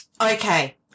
okay